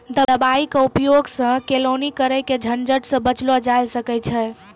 दवाई के उपयोग सॅ केलौनी करे के झंझट सॅ बचलो जाय ल सकै छै